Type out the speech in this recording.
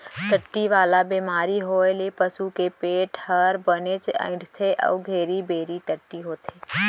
टट्टी वाला बेमारी होए ले पसू के पेट हर बनेच अइंठथे अउ घेरी बेरी टट्टी होथे